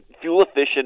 fuel-efficient